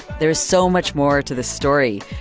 there's so much more to the story.